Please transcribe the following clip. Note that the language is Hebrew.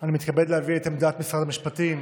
אני מתכבד להביא את עמדת משרד המשפטים,